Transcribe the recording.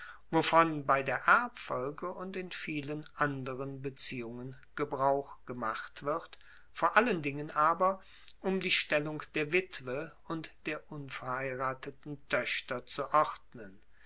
wovon bei der erbfolge und in vielen anderen beziehungen gebrauch gemacht wird vor allen dingen aber um die stellung der witwe und der unverheirateten toechter zu